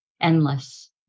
Endless